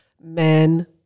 men